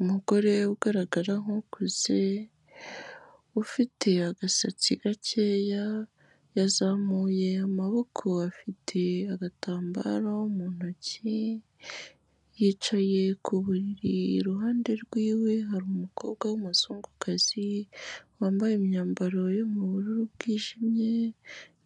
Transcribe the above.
Umugore ugaragara nk'ukuze ufite agasatsi gakeya, yazamuye amaboko, afite agatambaro mu ntoki, yicaye ku buriri, iruhande rwe hari umukobwa w'umuzungukazi wambaye imyambaro yo mu bururu bwijimye